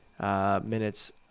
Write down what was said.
minutes